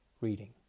reading